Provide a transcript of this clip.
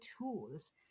tools